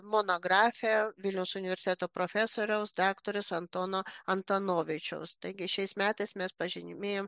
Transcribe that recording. monografija vilniaus universiteto profesoriaus daktaras antano antanovičiaus taigi šiais metais mes pažymėjom